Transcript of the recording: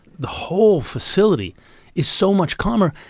the whole facility is so much calmer.